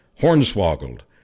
hornswoggled